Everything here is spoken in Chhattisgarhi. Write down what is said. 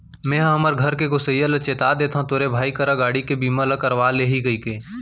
मेंहा हमर घर के गोसइया ल चेता देथव तोरे भाई करा गाड़ी के बीमा ल करवा ले ही कइले